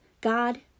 God